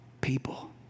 people